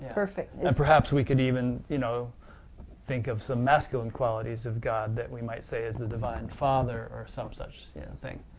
perfect. rick and and perhaps we can even you know think of some masculine qualities of god that we might say is the divine father, or some such yeah and thing,